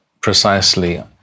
precisely